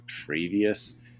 previous